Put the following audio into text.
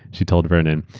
she told vernon,